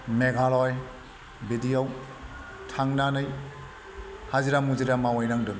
मेघालय बिदियाव थांनानै हाजिरा मुजिरा मावहैनांदों